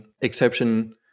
exception